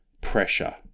pressure